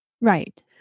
Right